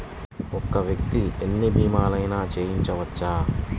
ఒక్క వ్యక్తి ఎన్ని భీమలయినా చేయవచ్చా?